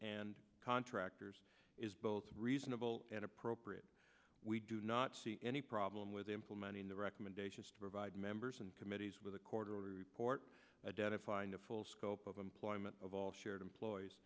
and contractors is both reasonable and appropriate we do not see any problem with implementing the recommendations to provide members and committees with a quarterly report identifying the full scope of employment of all shared employees